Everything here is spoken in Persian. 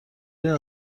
این